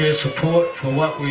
yeah support for what